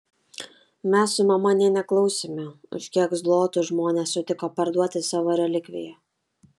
mes su mama nė neklausėme už kiek zlotų žmonės sutiko parduoti savo relikviją